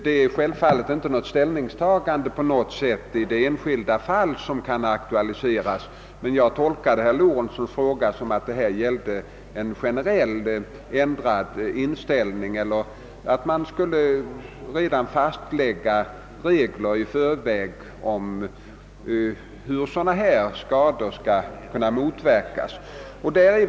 Det är självfallet inte fråga om något ställningstagande i de enskilda fall som kan aktualiseras, men jag tolkade herr Lorentzons fråga i interpellationen som att detta gällde en generellt ändrad inställning och att man redan i förväg skulle fastlägga regler om hur sådana skador skall kunna ersättas.